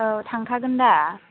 औ थांखागोन दा